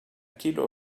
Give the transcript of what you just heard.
kilo